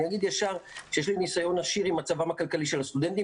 יש לי ניסיון עשיר עם מצבם הכלכלי של הסטודנטים